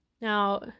Now